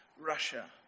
Russia